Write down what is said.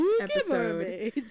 episode